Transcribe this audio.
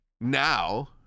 now